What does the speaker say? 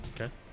Okay